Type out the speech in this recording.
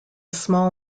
small